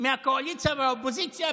מהקואליציה והאופוזיציה,